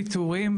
בדיוק ופיטורים,